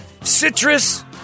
citrus